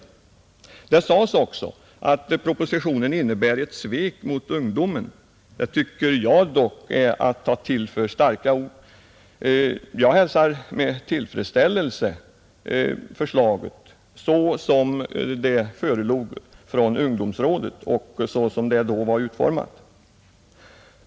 Det sades också att propositionen innebär ett svek mot ungdomen. Det tycker jag dock är att ta till för starka ord. Jag hälsar med tillfredsställelse förslaget så som det förelåg från ungdomsrådet och som det då var utformat.